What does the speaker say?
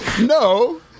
no